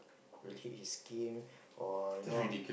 will hit his skin or you know